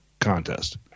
contest